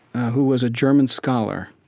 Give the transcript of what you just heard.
who was a german scholar.